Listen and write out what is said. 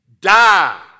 die